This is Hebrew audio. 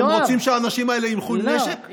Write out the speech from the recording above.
אתם רוצים שהאנשים האלה ילכו עם נשק?